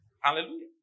Hallelujah